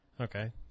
Okay